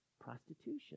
prostitution